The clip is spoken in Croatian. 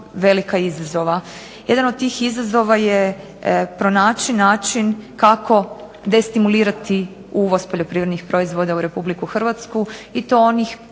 velika izazova. Jedan od tih izazova je pronaći način kako destimulirati uvoz poljoprivrednih proizvoda u Republiku Hrvatsku i to onih